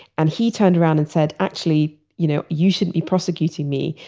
and he turned around and said, actually, you know you shouldn't be prosecuting me.